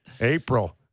April